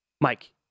Mike